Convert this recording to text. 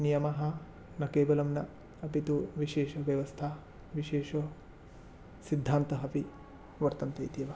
नियमः न केवलं न अपि तु विशेषव्यवस्था विशेषसिद्धान्तः अपि वर्तन्ते इत्येव